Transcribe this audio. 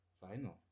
final